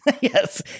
Yes